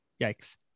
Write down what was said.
yikes